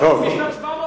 משנת 700 לספירה.